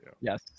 Yes